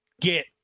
get